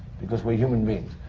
because we're human beings.